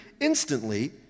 Instantly